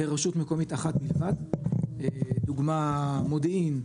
לרשות מקומית אחת לדוגמה: מודיעין.